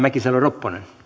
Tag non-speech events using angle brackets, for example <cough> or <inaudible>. <unintelligible> arvoisa